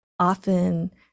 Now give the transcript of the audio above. Often